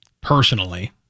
personally